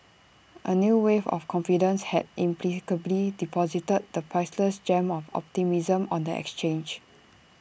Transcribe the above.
A new wave of confidence had inexplicably deposited the priceless gem of optimism on the exchange